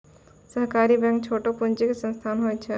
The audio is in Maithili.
सहकारी बैंक छोटो पूंजी के संस्थान होय छै